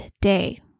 day